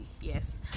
yes